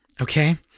okay